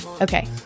Okay